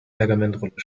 pergamentrolle